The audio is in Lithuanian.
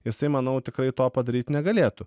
jisai manau tikrai to padaryt negalėtų